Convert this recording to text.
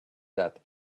that